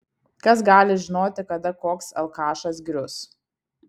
kas gali žinoti kada koks alkašas grius